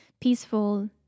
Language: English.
peaceful